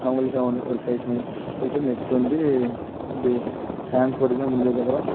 அவங்களுக்கு அவுன்னு ஒரு ப்ரைஸ் மாதிரி கொடுத்து நெக்ஸ்டு வந்து இது டான்ஸ் போட்டியெலாம் முடிஞ்சதுக்கப்பறம்